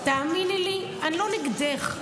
תאמיני לי, אני לא נגדך.